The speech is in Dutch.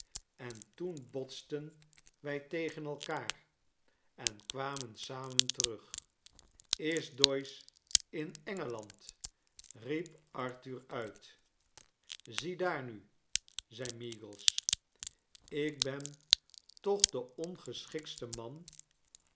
en toon botsten wij tegen elkaar en kwamen samen terug is doyce in engeland riep arthur uit ziedaar nu i zei meagles ik ben toch de ongeschiktste man